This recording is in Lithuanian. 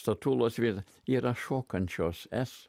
statulos vien yra šokančios es